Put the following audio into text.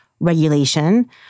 regulation